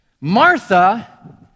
Martha